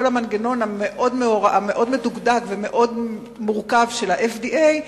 המנגנון המאוד מדוקדק ומאוד מורכב של ה-FDA,